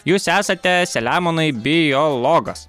jūs esate selemonai biologas